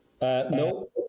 No